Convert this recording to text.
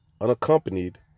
unaccompanied